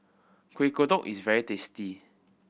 Kuih Kodok is very tasty